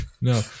No